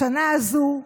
השנה הזו,